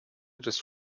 des